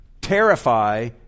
terrify